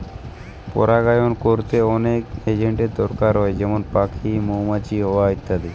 পরাগায়ন কোরতে অনেক এজেন্টের দোরকার হয় যেমন পাখি, মৌমাছি, হাওয়া ইত্যাদি